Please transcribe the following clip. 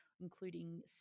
including